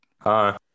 Hi